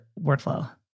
workflow